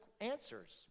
answers